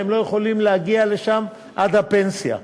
והם לא יכולים להגיע לשם עד הפנסיה.